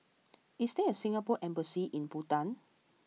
is there a Singapore Embassy in Bhutan